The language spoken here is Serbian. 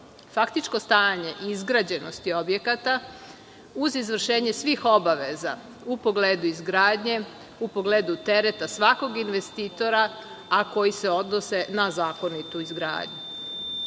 faktičko stanje izgrađenosti objekata, uz izvršenje svih obaveza u pogledu izgradnje, u pogledu tereta svakog investitora, a koji se odnose na zakonitu izgradnju. Polazeći